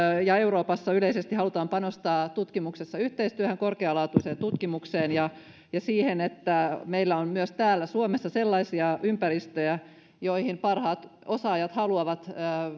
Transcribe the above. ja euroopassa yleisesti halutaan panostaa tutkimuksessa yhteistyöhön korkealaatuiseen tutkimukseen ja siihen että meillä on myös täällä suomessa sellaisia ympäristöjä joihin parhaat osaajat haluavat